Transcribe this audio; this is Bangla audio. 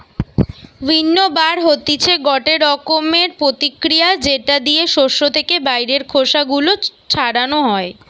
উইন্নবার হতিছে গটে রকমের প্রতিক্রিয়া যেটা দিয়ে শস্য থেকে বাইরের খোসা গুলো ছাড়ানো হয়